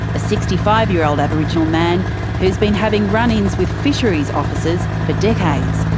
a sixty five year old aboriginal man who's been having run-ins with fisheries officers for decades.